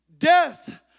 Death